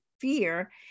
fear